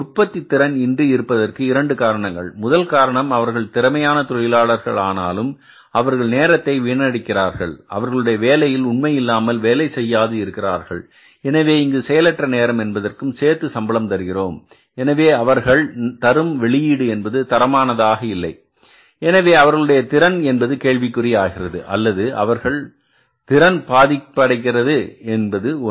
உற்பத்தி திறன் இன்றி இருப்பதற்கு இரண்டு காரணங்கள் முதல் காரணம் அவர்கள் திறமையான தொழிலாளர்கள் ஆனாலும் அவர்கள் நேரத்தை வீணடிக்கிறார்கள் அவர்களுடைய வேலையில் உண்மை இல்லாமல் வேலை செய்யாது இருக்கிறார்கள் எனவே இங்கு செயலற்ற நேரம் என்பதற்கும் சேர்த்து சம்பளம் தருகிறோம் எனவே அவர்கள் தரும் வெளியீடு என்பது தரமானதாக இல்லை எனவே அவர்களுடைய திறன் என்பது கேள்விக்குறி ஆகிறது அல்லது அவர்கள் அவர்கள் திறன் பாதிப்படைகிறது என்பது ஒன்று